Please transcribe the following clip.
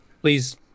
Please